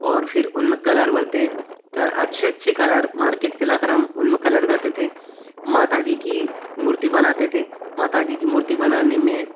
और फिर उनमें कलर भरते कर अच्छे अच्छे कलर मार्केट से लाकर हम उनमें कलर करते थे माता जी की मूर्ति बनाते थे माता जी की मूर्ति बनाने में